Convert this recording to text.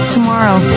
Tomorrow